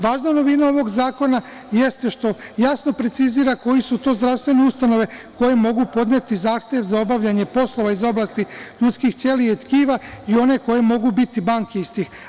Važna novina ovog zakona jeste što jasno precizira koje su to zdravstvene ustanove koje mogu podneti zahtev za obavljanje poslova iz oblasti ljudskih ćelija i tkiva i one koje mogu biti banke istih.